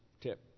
tip